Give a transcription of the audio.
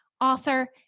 author